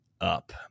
up